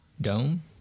dome